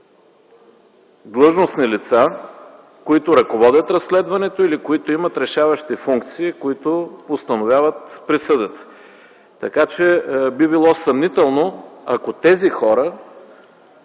длъжностни лица, които ръководят разследването, или които имат решаващи функции, които постановяват присъдата. Така че би било съмнително, ако тези хора